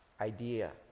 idea